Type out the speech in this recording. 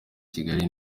kigali